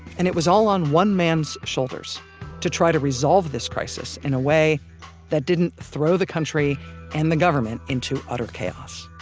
and it was all on one man's shoulders to try to resolve this crisis in a way that didn't throw the country and the government into utter chaos.